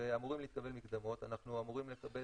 ואמורות להתקבל מקדמות אנחנו אמורים לקבל